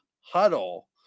huddle